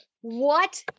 what-